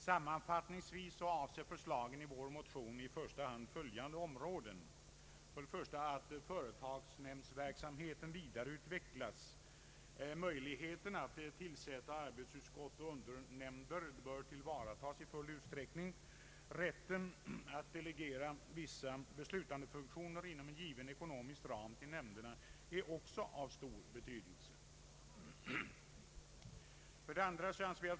Sammanfattningsvis avser förslagen i vår motion i första hand följande områden: 1. Företagsnämndsverksamheten vidareutvecklas. Möjligheterna att tillsätta arbetsutskott och undernämnder bör tillvaratas i full utsträckning. Rätten att delegera vissa beslutsfunktioner inom en given ekonomisk ram till nämnderna är av stor betydelse. 2.